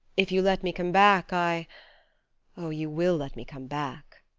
if you let me come back, i oh! you will let me come back?